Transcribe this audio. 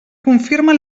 confirma